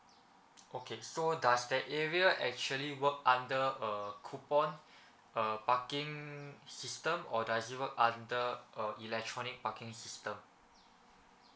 okay so does that area actually work under a coupon uh parking system or does it work under a electronic parking system